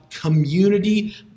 community